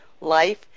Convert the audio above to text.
life